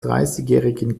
dreißigjährigen